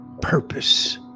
purpose